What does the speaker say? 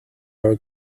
are